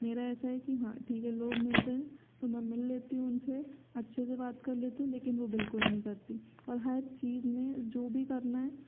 मेरा ऐसा है की हाँ ठीक है लोग मिल रहे है तो मैं मिल लेती हूँ उनसे अच्छे से बात कर लेती हूँ लेकिन वो बिल्कुल नहीं करती और हर चीज में जो भी करना है